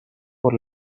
por